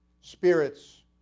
spirits